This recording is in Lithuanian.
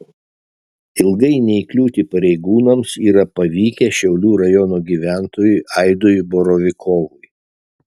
ilgai neįkliūti pareigūnams yra pavykę šiaulių rajono gyventojui aidui borovikovui